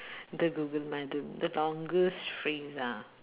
the google the longest phrase ah